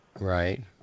Right